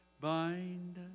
Bind